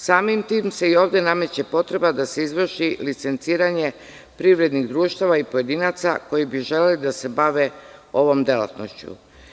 Samim tim se i ovde nameće potreba da se izvrši licenciranje privrednih društava i pojedinaca koji bi želeli da se bave ovom delatnošću.